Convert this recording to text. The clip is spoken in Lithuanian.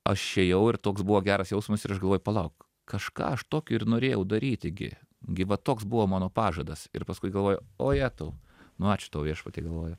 aš ėjau ir toks buvo geras jausmas ir aš galvoju palauk kažką aš tokio ir norėjau daryti gi gi va toks buvo mano pažadas ir paskui galvoju ojetau nu ačiū tau viešpatie galvoju